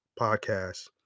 podcast